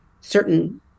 certain